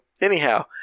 anyhow